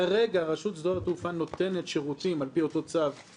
כרגע רשות שדות התעופה נותנת שירותים על-פי אותו צו שהוזכר פה.